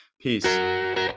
Peace